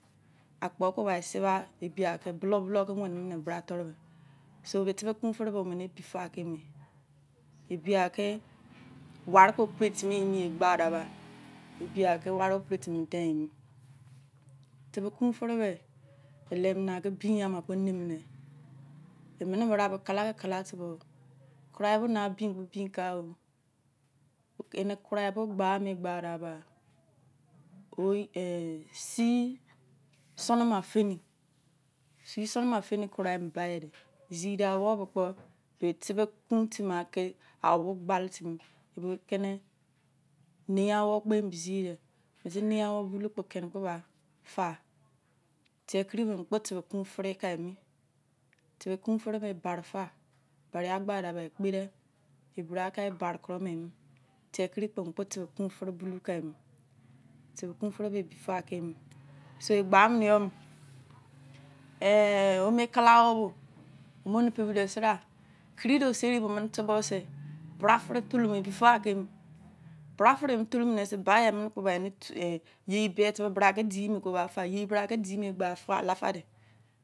A kpo keba sebe e biya ke ba, bulor bulor ke wene mune bra turu be so be tebe kun fere be omene ebi fa kemi. ebiya ke ware ku pire timi emi ya gbade bubra. ebiya ke ware ke pretimi dein mi tebe kun here be, elem na ke bin yama kpo neimune. Eme bra ke kala ke kala tubogogho. keralbo na bin kpo bin kagho. ene kurai bo gbame gba daba. oyel en si sunuma feni si sunuma feni kurai emu baide zide awou bo kpo be tebe kun tima ake awou bo gbale timii kene neungha awon kpo emu side mese nungha awon bo boulou kpo, kene kpo ba fa. tie kiri be, mu kpo tebe kun fere kaimi. tebe jun fere be ebare fa. Ebare ya gbada bu, ekpede. ebra ka ebare kuru be emi. tie kuri kpo mu kpo tebe kun fore boulou kumi tebe kun fore be, ebi faghu kemi so, egba mene yom, e ome kala awou bo, omon pedide sira kiri do seri bomene tubor se, bra fere tolumor nese, baiya emene kpo ba ene ya bra ke di me gbawara, fe alafade.